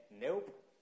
nope